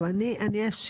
טוב אני אשיב,